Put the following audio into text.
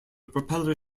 propeller